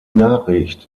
nachricht